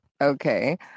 Okay